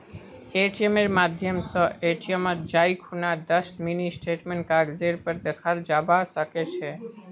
एटीएमेर माध्यम स एटीएमत जाई खूना दस मिनी स्टेटमेंटेर कागजेर पर दखाल जाबा सके छे